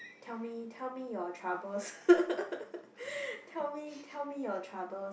tell me tell me your troubles tell me tell me your troubles